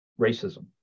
racism